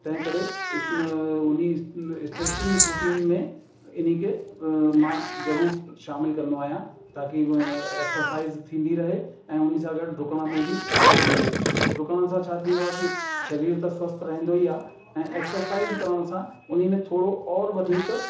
तंहिं करे ऐं उन स्ट्रैचिंग रूटीन में इन खे मां ज़रूरु शामिल कंदो आहियां ताकी एक्सरसाइज़ थींदी रहे ऐं उन सां गॾु डुकण में बि आराम मिले डुकण सां छा थींदो आहे की शरीर त स्वस्थ रहंदो ई आहे ऐं एक्सरसाइज़ करण सां उन में थोरो औरि वधीक